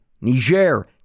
Niger